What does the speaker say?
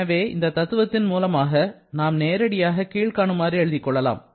எனவே இந்த தத்துவத்தின் மூலமாக நாம் நேரடியாக கீழ்காணுமாறு எழுதிக் கொள்ளலாம்